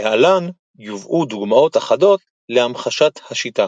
להלן יובאו דוגמאות אחדות להמחשת השיטה.